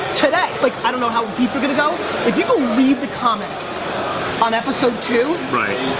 today! like i don't know how deep we're gonna go. if you go read the comments on episode two? right.